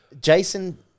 Jason